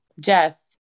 Jess